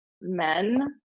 men